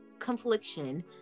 confliction